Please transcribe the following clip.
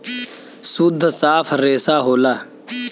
सुद्ध साफ रेसा होला